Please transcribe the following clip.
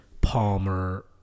Palmer